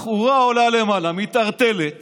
בחורה עולה למעלה, מתערטלת